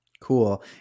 cool